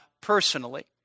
personally